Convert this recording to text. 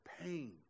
pain